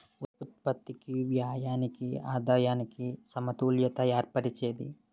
ఉత్పత్తికి వ్యయానికి ఆదాయానికి సమతుల్యత ఏర్పరిచేది